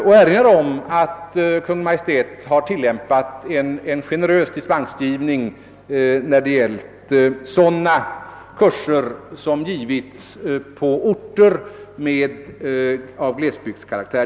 De erinrar om att Kungl. Maj:t har tillämpat en generös dispensgivning när det gällt kurser som givits på orter av glesbygdskaraktär.